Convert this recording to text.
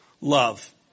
Love